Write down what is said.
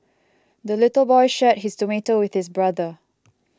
the little boy shared his tomato with his brother